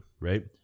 right